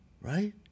right